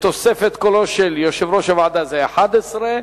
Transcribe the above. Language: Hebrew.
ובתוספת קולו של יושב-ראש הוועדה זה 11,